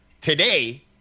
Today